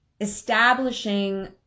establishing